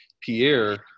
Pierre